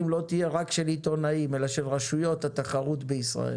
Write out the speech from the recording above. לא תהיה רק של עיתונאים אלא של רשויות התחרות בישראל?